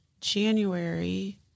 January